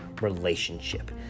relationship